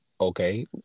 okay